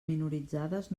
minoritzades